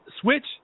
Switch